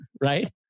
right